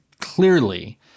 clearly